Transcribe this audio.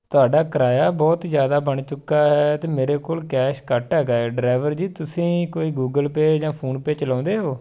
ਤੁਹਾਡਾ ਕਿਰਾਇਆ ਬਹੁਤ ਜ਼ਿਆਦਾ ਬਣ ਚੁੱਕਾ ਹੈ ਅਤੇ ਮੇਰੇ ਕੋਲ ਕੈਸ਼ ਘੱਟ ਹੈਗਾ ਹੈ ਡਰਾਇਵਰ ਜੀ ਤੁਸੀਂ ਕੋਈ ਗੂਗਲ ਪੇਅ ਜਾਂ ਫ਼ੋਨ ਪੇਅ ਚਲਾਉਂਦੇ ਹੋ